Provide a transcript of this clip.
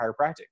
chiropractic